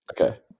Okay